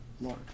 Lord